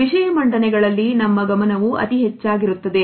ವಿಷಯ ಮಂಡನೆಗಳಲ್ಲಿ ನಮ್ಮ ಗಮನವು ಅತಿ ಹೆಚ್ಚಾಗಿರುತ್ತದೆ